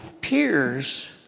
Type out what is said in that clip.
peers